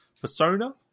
Persona